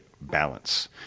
balance